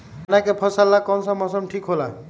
चाना के फसल ला कौन मौसम ठीक होला?